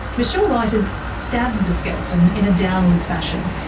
michele ruyters stabs the skeleton in a downwards fashion,